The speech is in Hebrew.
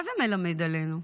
מה זה מלמד עלינו?